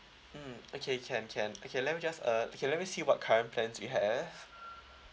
mm okay can can okay let me just uh okay let me see what current plans we have